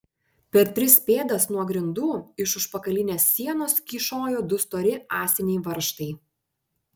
per tris pėdas nuo grindų iš užpakalinės sienos kyšojo du stori ąsiniai varžtai